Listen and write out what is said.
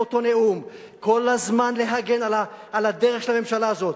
כל הזמן להגן על הדרך של הממשלה הזאת.